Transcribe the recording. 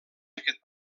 aquest